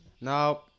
No